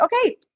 okay